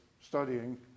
studying